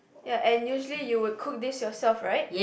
ya and usually you would cook this yourself right